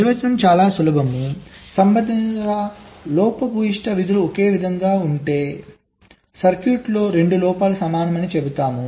నిర్వచనం చాలా సులభం సంబంధిత లోపభూయిష్ట విధులు ఒకేలా ఉంటే సర్క్యూట్లో 2 లోపాలు సమానమని చెబుతారు